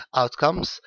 outcomes